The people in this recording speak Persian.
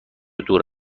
دور